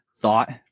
thought